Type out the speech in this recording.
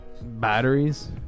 batteries